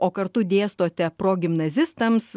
o kartu dėstote progimnazistams